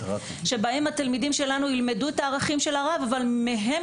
שבהם התלמידים שלנו ילמדו את הערכים של הרב אבל מהם